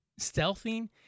Stealthing